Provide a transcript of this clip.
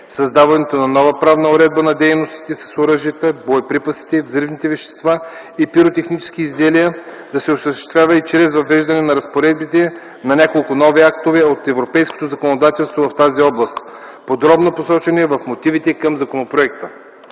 Създаването на нова правна уредба на дейностите с оръжия, боеприпаси, взривни вещества и пиротехнически изделия ще се осъществи и чрез въвеждането на разпоредбите на няколко нови актове от европейското законодателство в тази област – подробно посочени в мотивите към законопроекта.